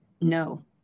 No